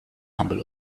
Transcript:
humble